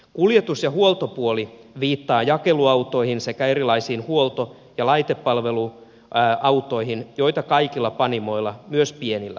kuljetus ja huoltopuoli viittaa jakeluautoihin sekä erilaisiin huolto ja laitepalveluautoihin joita kaikilla panimoilla myös pienillä on